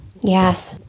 Yes